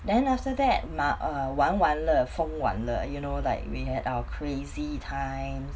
then after that ma~ err 玩完了疯玩了 you know like we had our crazy times